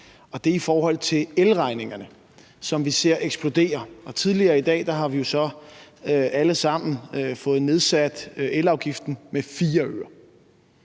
og det er i forhold til elregningerne, som vi ser eksplodere. Tidligere i dag har vi jo så alle sammen fået nedsat elafgiften med 4 øre.